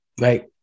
right